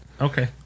Okay